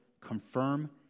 confirm